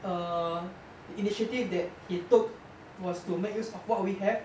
err the initiative that he took was to make use of what we have